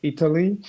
Italy